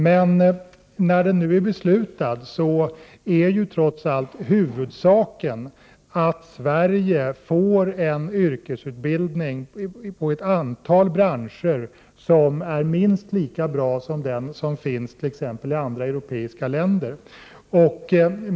När nu reformen är beslutad är trots allt huvudsaken att Sverige får en yrkesutbildning inom ett antal branscher som är minst lika bra som den som finns i t.ex. andra europeiska länder.